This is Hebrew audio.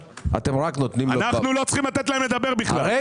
לא צריך לתת לאדם כזה לדבר בכלל,